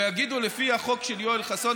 ויגידו: לפי החוק של יואל חסון,